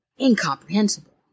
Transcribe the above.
incomprehensible